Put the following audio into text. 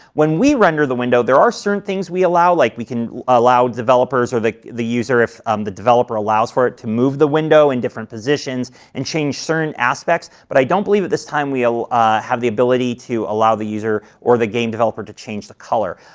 when we render the window, there are certain things we allow, like we can allow developers or the the user, if um the developer allows for it, to move the window in different positions and change certain aspects, but i don't believe at this time we ah have the ability to allow the user or the game developer to change the color,